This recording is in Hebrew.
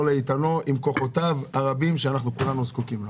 לאיתנו עם כוחותיו הרבים שאנחנו כולנו זקוקים לו.